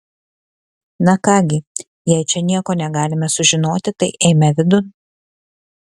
na ką gi jei čia nieko negalime sužinoti tai eime vidun